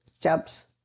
jobs